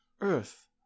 Earth